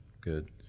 good